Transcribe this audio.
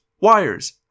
wires